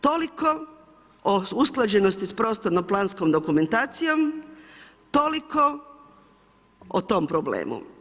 Toliko o usklađenosti s prostornom planskom dokumentacijom, toliko o tom problemu.